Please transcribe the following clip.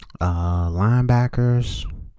Linebackers